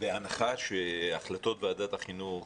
שבהנחה שהחלטות ועדת החינוך,